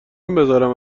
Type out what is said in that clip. بذارم